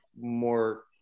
more